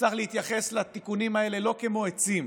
צריך להתייחס לתיקונים האלה לא כמו עצים